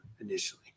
initially